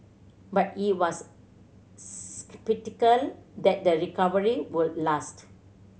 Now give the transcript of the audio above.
but he was sceptical that the recovery would last